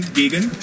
gegen